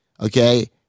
okay